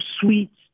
sweets